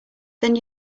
then